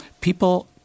people